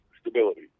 stability